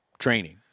training